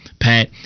Pat